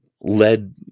led